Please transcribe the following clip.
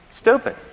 Stupid